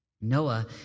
Noah